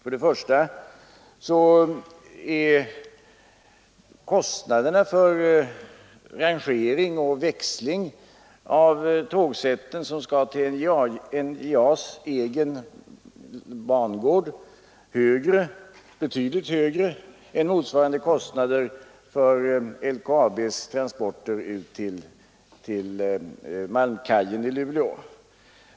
För det första är kostnaderna för rangering och växling av de tågsätt som skall till NJA:s egen bangård betydligt högre än motsvarande kostnader för LKAB:s transporter ut till malmkajen i Luleå.